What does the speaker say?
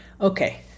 Okay